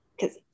because-